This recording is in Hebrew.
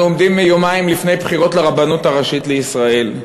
אנחנו עומדים יומיים לפני הבחירות לרבנות הראשית לישראל,